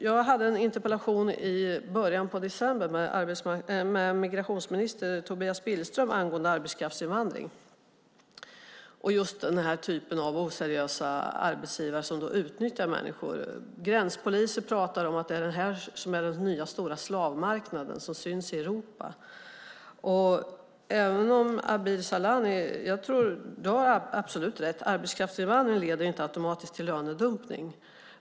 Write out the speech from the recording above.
Jag hade en interpellationsdebatt i början av december med migrationsminister Tobias Billström angående arbetskraftsinvandring och just denna typ av oseriösa arbetsgivare som utnyttjar människor. Gränspoliser talar om att detta är den nya stora slavmarknaden som syns i Europa. Abir Al-Sahlani har absolut rätt i att arbetskraftsinvandring inte automatiskt leder till lönedumpning.